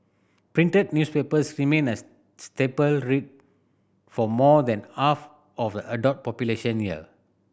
printed newspapers remain a staple read for more than half of a adult population here